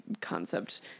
concept